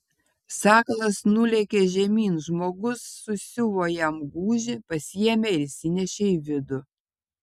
sakalas nulėkė žemyn žmogus susiuvo jam gūžį pasiėmė ir įsinešė į vidų